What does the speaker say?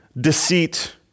deceit